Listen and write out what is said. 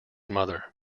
mother